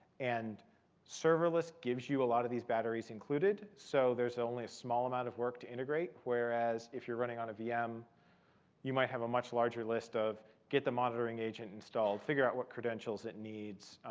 and serverless gives you a lot of these batteries included, so there's only a small amount of work to integrate. whereas, if you're running on a vm you might have a much larger list of, get the monitoring agent installed, figure out what credentials it needs,